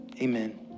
Amen